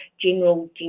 general